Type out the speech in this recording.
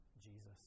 Jesus